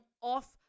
off